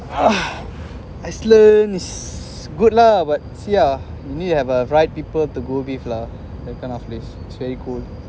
!wah! iceland is good lah but see lah you need to have the right people to go with lah that kind of place so you go